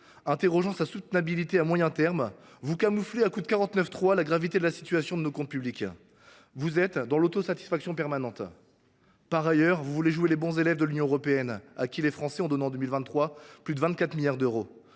interrogations sur sa soutenabilité à moyen terme, vous camouflez à coups de 49.3 la gravité de l’état de nos comptes publics. Vous êtes dans l’autosatisfaction permanente, monsieur le ministre. Vous voulez jouer les bons élèves de l’Union européenne, Union à laquelle les Français ont donné en 2023 plus de 24 milliards d’euros.